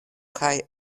kaj